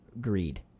Greed